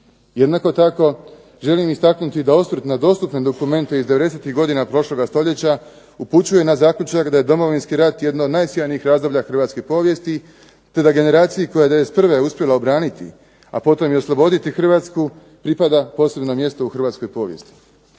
Jednako tako želim istaknuti da osvrt na dostupne dokumente iz devedesetih godina prošloga stoljeća upućuje na zaključak da je Domovinski rat jedno od najsjajnijih razdoblja hrvatske povijesti te da je generaciji koja je '91. uspjela obraniti a potom i osloboditi Hrvatsku, pripada posebno mjesto u hrvatskoj povijesti.